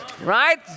right